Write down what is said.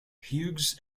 hughes